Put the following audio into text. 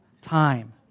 time